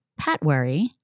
Patwari